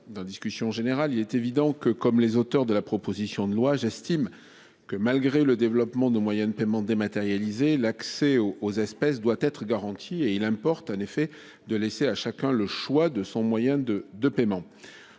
dans discussion générale. Il est évident que comme les auteurs de la proposition de loi. J'estime que, malgré le développement de moyens de paiement dématérialisé, l'accès aux espèces doit être garantie et il importe en effet de laisser à chacun le choix de son moyen de de paiement